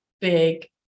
big